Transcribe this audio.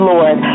Lord